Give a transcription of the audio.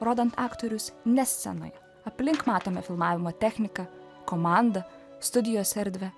rodant aktorius nes scenoje aplink matome filmavimo techniką komanda studijos erdvę